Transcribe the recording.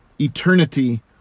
eternity